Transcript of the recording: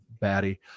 batty